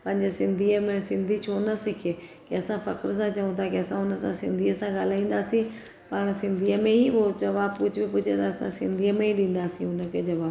पंहिंजे सिंधीअ में सिंधी छो न सिखे के असां फ़ख़्रु सां चऊं था की असां हुन सां सिंधीअ सां ॻाल्हाईंदासीं पाणि सिंधीअ में ई उहो जवाबु हू पुछे त असां सिंधीअ में ई ॾींदासी हुनखे जवाबु